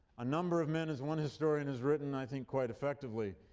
a number of men, as one historian has written, i think quite effectively,